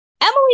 Emily